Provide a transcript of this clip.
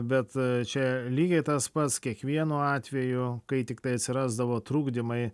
bet čia lygiai tas pats kiekvienu atveju kai tiktai atsirasdavo trukdymai